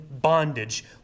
bondage